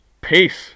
Peace